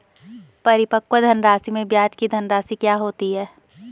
परिपक्व धनराशि में ब्याज की धनराशि क्या होती है?